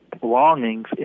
belongings